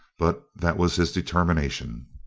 but that was his determination.